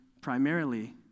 primarily